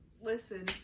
Listen